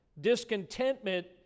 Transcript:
discontentment